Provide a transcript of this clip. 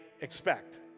expect